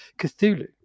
Cthulhu